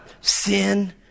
sin